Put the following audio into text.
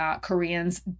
Koreans